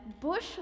Bush